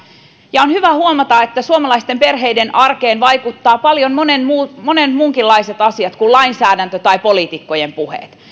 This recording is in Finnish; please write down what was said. ja on hyvä huomata että suomalaisten perheiden arkeen vaikuttavat paljon monet muunkinlaiset asiat kuin lainsäädäntö tai poliitikkojen puheet